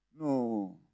No